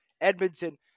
Edmonton